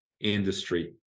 industry